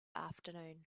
afternoon